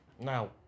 now